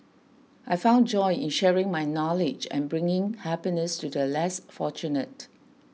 I found joy in sharing my knowledge and bringing happiness to the less fortunate